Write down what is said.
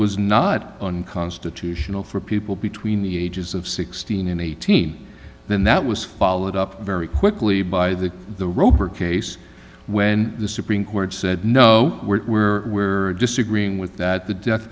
was not on constitutional for people between the ages of sixteen and eighteen then that was followed up very quickly by the the rober case when the supreme court said no we're disagreeing with that the death